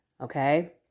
Okay